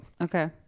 Okay